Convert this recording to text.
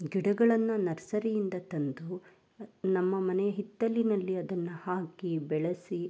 ಗಿಡಗಳನ್ನು ನರ್ಸರಿಯಿಂದ ತಂದು ನಮ್ಮ ಮನೆಯ ಹಿತ್ತಲಿನಲ್ಲಿ ಅದನ್ನು ಹಾಕಿ ಬೆಳೆಸಿ